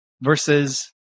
versus